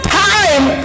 time